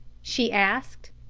she asked.